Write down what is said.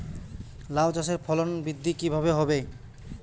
লাউ চাষের ফলন বৃদ্ধি কিভাবে হবে?